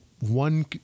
one